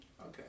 Okay